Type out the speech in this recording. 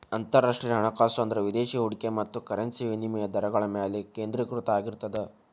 ಅಂತರರಾಷ್ಟ್ರೇಯ ಹಣಕಾಸು ಅಂದ್ರ ವಿದೇಶಿ ಹೂಡಿಕೆ ಮತ್ತ ಕರೆನ್ಸಿ ವಿನಿಮಯ ದರಗಳ ಮ್ಯಾಲೆ ಕೇಂದ್ರೇಕೃತ ಆಗಿರ್ತದ